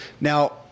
now